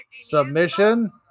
Submission